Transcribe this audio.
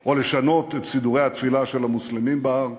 או לשנות את סידורי התפילה של המוסלמים בהר.